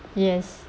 yes